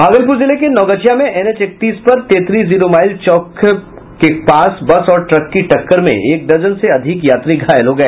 भागलपुर जिले के नवगछिया में एन एच इकतीस पर तेतरी जीरोमाइल चौक के पास बस और ट्रक की टक्कर में एक दर्जन से अधिक यात्री घायल हो गए